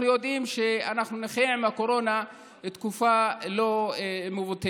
אנחנו יודעים שאנחנו נחיה עם הקורונה תקופה לא מבוטלת.